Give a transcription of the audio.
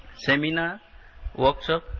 seminar looks of